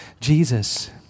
Jesus